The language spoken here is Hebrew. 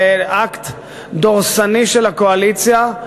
באקט דורסני של הקואליציה,